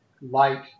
light